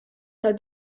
tad